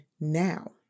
now